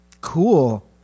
Cool